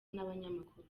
nabanyamakuru